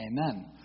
Amen